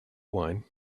wine